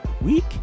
week